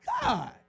God